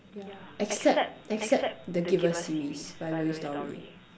yeah except except the Giver series by Louise-Dowry